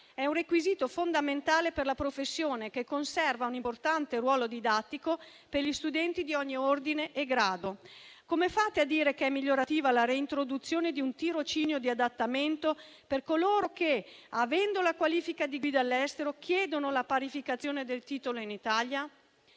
È un requisito fondamentale per la professione, che conserva un importante ruolo didattico per gli studenti di ogni ordine e grado. Come fate a dire che è migliorativa la reintroduzione di un tirocinio di adattamento per coloro che, avendo la qualifica di guida all'estero, chiedono la parificazione del titolo in Italia?